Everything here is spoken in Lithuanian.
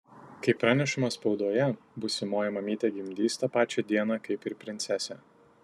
kaip pranešama spaudoje būsimoji mamytė gimdys tą pačią dieną kaip ir princesė